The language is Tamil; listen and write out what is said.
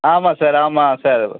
ஆமாம் சார் ஆமாம் சார்